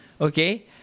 okay